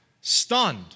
stunned